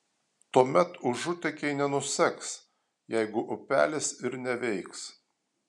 tuomet užutėkiai nenuseks jeigu upelis ir neveiks